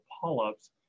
polyps